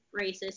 racist